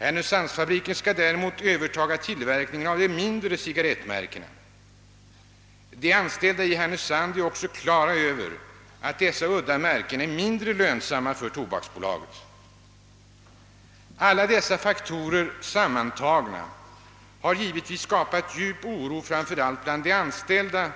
Härnösandsfabriken skall däremot övertaga tillverkningen av de mindre cigarrettmärkena. De anställda i Härnösand har klart för sig att dessa udda märken är mindre lönsamma för Tobaksbolaget. Alla dessa faktorer sammantagna har givetvis skapat djup oro framför allt bland de anställda,